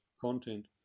content